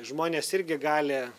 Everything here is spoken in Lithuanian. žmonės irgi gali